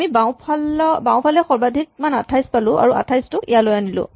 আমি বাওঁফালে সৰ্বাধিক মান ২৮ পালো আৰু ২৮ টোক ইয়ালৈ আনিলো